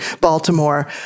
Baltimore